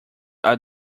are